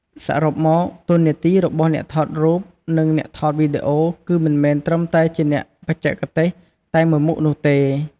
សរុបមក តួនាទីរបស់អ្នកថតរូប និងអ្នកថតវីដេអូ គឺមិនមែនត្រឹមតែជាអ្នកបច្ចេកទេសតែមួយមុខនោះទេ។